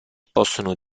possono